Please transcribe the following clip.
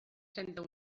trenta